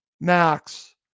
Max